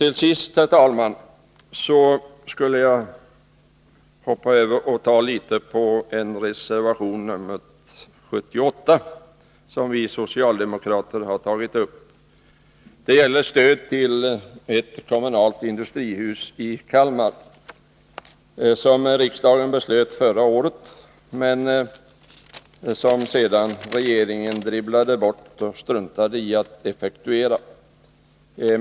Till sist, herr talman, vill jag gå över till att tala något om den socialdemokratiska reservationen nr 78. Den gäller statligt stöd till ett kommunalt industrihus i Kalmar. Riksdagen beslöt förra året att stöd till sådant skulle utgå, men regeringen dribblade sedan bort beslutet och struntade i att effektuera det.